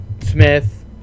Smith